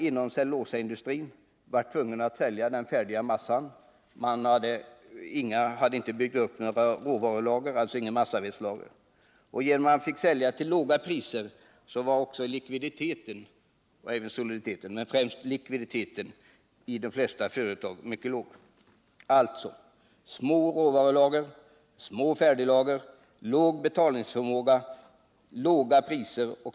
Inom cellulosaindustrin hade man tvingats sälja den färdiga massan och hade inte byggt upp några massavedslager. Genom att industrin hade tvingats sälja till låga priser var också likviditeten i de flesta företag mycket låg. Situationen var alltså denna: Små råvarulager, små färdiglager, låg betalningsförmåga och låga priser.